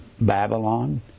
Babylon